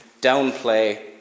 downplay